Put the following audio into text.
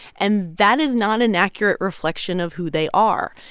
and that is not an accurate reflection of who they are.